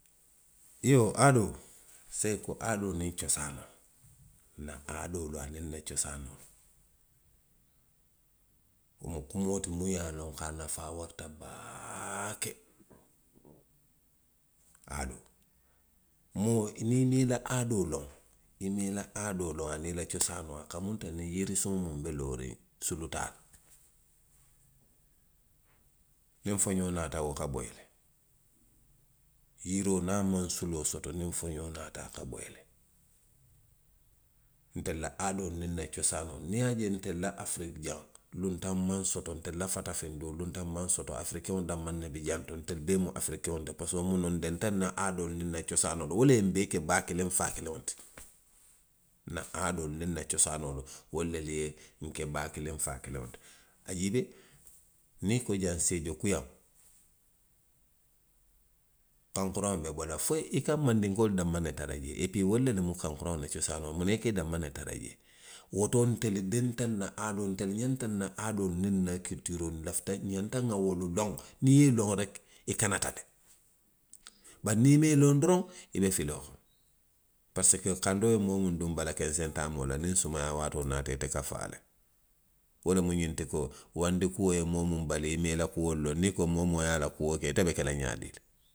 Iyoo, aadoo, saayiŋ i ko aadoo niŋ cosaanoo. nna aadoolu aniŋ nna cosaanoolu, wo kumoo ti muŋ ye a loŋ, a nafaa warata baake. Aadoo. moo, niŋ i maŋ i la aadoo loŋ, i maŋ i la aadoo a niŋ i la cosaanoo. a kamunta yiri suŋo muŋ be looriŋ, sulu te a la. Niŋ foňoo naata, wo ka boyi le. Yiroo niŋ a maŋ suloo soto niŋ foxoo naata a ka boyi le. Ntelu la aadoolu niŋ nna cosaanoolu, niŋ i ye a je ntelu la afiriki jaŋ. luuntaŋ maŋ soto ntelu la fatafiŋ duu. afirikewolu danmaŋ ne bi jaŋ to, ntelu bee mu afirikeŋolu le ti, parisiko muŋ noŋ, ndenta nna aadoolu niŋ nna cosaanoolu le la. Wo le ye nbee ke baa kiliŋ faa kiliŋolu ti. Nna aadoolu niŋ nna cosaanoolu wo lelu yenke baa kiliŋ faa kiliŋ ti. A jii bee niŋ i ko jaŋ seejo kuyaŋo. kankuraŋo be bo fo i ka mandinkoolu daanmaŋ ne tara jee, epii wolu lemu kankuraŋo la cosaanoo ti. munaŋ i ka i danmaŋ ne tara jee. Woto ntelu denta nna aadoolu la le, ntelu ňanta nna aadoolu niŋ nna kilitiiroo, nlafita, ňanta nŋa wolu loŋ, niŋ nŋa wolu loŋ. niŋ i ye i loŋ reki, i kanata le. Bari niŋ i maŋ i loŋ doroŋ. i be filoo kono. Parisiko kandoo ye moo muŋ duŋ balakenseŋ taamoo la niŋ sumayaa waatoo naata ite ka faa le. Wo le mu ňinti ko. wandi kuo ye moo muŋ bali, i maŋ i la kuolu loŋ. niŋ i ko moowoo moo ye a la kuo ke, ite be ke la ňaadii le?